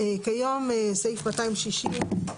ובמקום "סעיף 22(ב)"